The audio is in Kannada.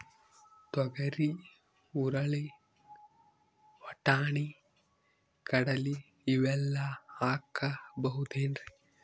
ತೊಗರಿ, ಹುರಳಿ, ವಟ್ಟಣಿ, ಕಡಲಿ ಇವೆಲ್ಲಾ ಹಾಕಬಹುದೇನ್ರಿ?